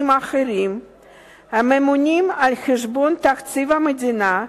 אחרים הממומנים על-חשבון תקציב המדינה,